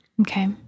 Okay